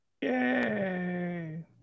Yay